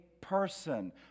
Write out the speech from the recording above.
person